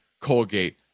Colgate